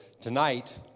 tonight